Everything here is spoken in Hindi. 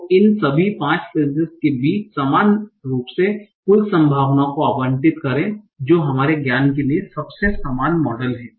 तो इन सभी 5 फ़्रेजेस के बीच समान रूप से कुल संभावना को आवंटित करें जो हमारे ज्ञान के लिए सबसे समान मॉडल है